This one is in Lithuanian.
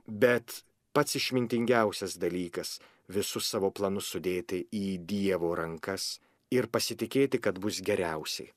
bet pats išmintingiausias dalykas visus savo planus sudėti į dievo rankas ir pasitikėti kad bus geriausi